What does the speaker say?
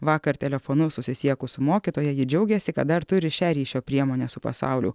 vakar telefonu susisiekus su mokytoja ji džiaugėsi kad dar turi šią ryšio priemonę su pasauliu